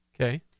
Okay